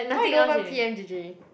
why you don't even p_m_j_j